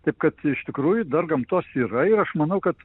taip kad iš tikrųjų dar gamtos yra ir aš manau kad